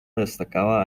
destacaba